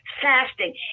fasting